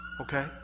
okay